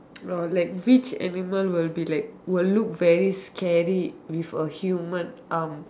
oh like which animal will be like will look very scary with a human arm